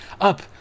up